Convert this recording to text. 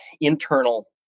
internal